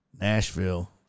Nashville